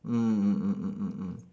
mm mm mm mm mm mm